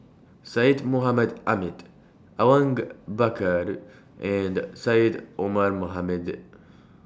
Syed Mohamed Ahmed Awang Bakar and Syed Omar Mohamed